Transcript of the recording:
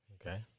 Okay